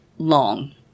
long